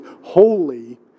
Holy